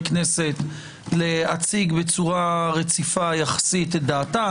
כנסת להציג בצורה רציפה יחסית את דעתם,